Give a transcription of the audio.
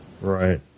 Right